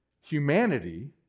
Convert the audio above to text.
humanity